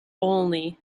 only